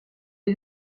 est